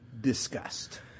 discussed